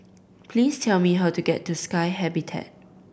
please tell me how to get to Sky Habitat